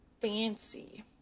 fancy